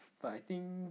but I think